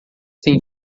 têm